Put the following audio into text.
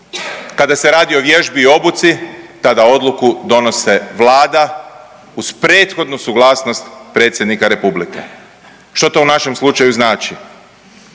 kada se radi o vježbi i obuci tada odluku donose Vlada uz prethodnu suglasnost predsjednika republike. Što to u našem slučaju znači?